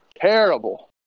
Terrible